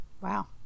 Wow